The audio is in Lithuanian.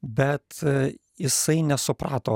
bet jisai nesuprato